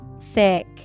Thick